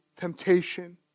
temptation